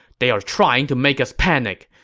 they're trying to make us panic!